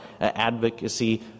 advocacy